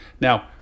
now